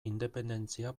independentzia